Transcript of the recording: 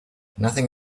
nothing